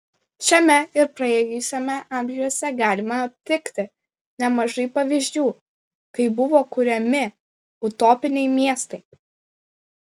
šiame ir praėjusiame amžiuose galima aptikti nemažai pavyzdžių kai buvo kuriami utopiniai miestai